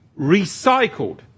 recycled